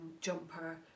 jumper